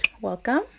Welcome